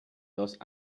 dos